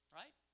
right